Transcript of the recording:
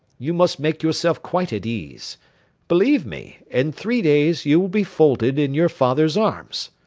you must make yourself quite at ease believe me, in three days you will be folded in your father's arms.